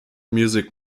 music